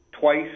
twice